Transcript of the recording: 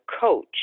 coach